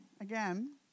Again